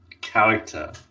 character